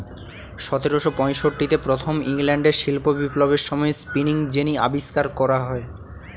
সতেরোশো পঁয়ষট্টিতে প্রথম ইংল্যান্ডের শিল্প বিপ্লবের সময়ে স্পিনিং জেনি আবিষ্কার হয়